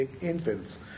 infants